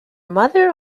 mother